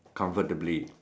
comfortably